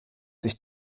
sich